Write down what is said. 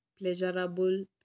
pleasurable